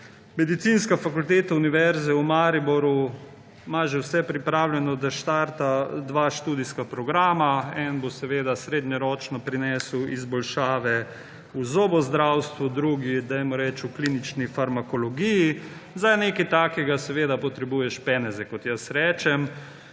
Medicinska fakulteta Univerze v Mariboru ima že vse pripravljeno, da štarta dva študijska programa. Eden bo srednjeročno prinesel izboljšave v zobozdravstvu, drugi v klinični farmakologiji. Za nekaj takega seveda potrebuješ peneze, kot jaz rečem.